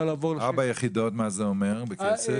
ארבע יחידות, מה זה אומר בכסף?